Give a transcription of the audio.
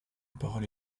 parole